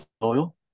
soil